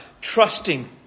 trusting